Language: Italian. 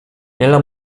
nella